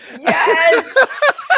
Yes